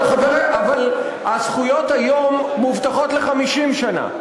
אבל הזכויות היום מובטחות ל-50 שנה.